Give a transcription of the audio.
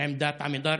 לחברת עמידר,